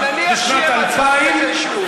אבל נניח שיהיה מצב כזה שוב.